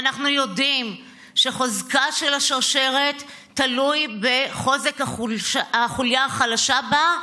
ואנחנו יודעים שחוזקה של השרשרת תלוי בחוזק החוליה החלשה בה,